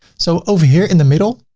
so over here in the middle,